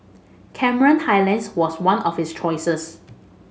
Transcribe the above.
Cameron Highlands was one of his choices